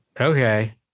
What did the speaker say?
okay